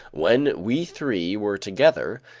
when we three were together,